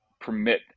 permit